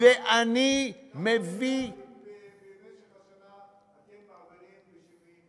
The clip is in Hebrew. ואני מבין, כמה אתם משנים?